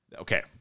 Okay